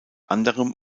anderem